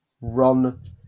run